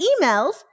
emails